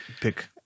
Pick